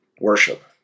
worship